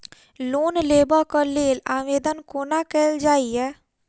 Loan लेबऽ कऽ लेल आवेदन कोना कैल जाइया?